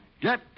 get